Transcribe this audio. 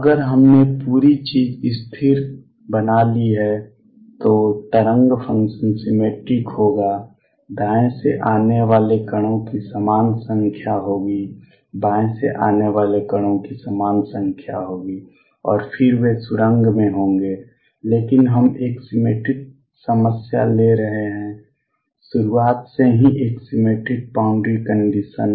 अगर हमने पूरी चीज स्थिर बना ली है तो तरंग फ़ंक्शन सिमेट्रिक होगा दाएं से आने वाले कणों की समान संख्या होगी बाएं से आने वाले कणों की समान संख्या होगी और फिर वे सुरंग में होंगे लेकिन हम एक सिमेट्रिक समस्या ले रहे हैं शुरुआत से ही एक सिमेट्रिक बाउंड्री कंडीशंस